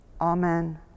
Amen